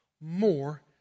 more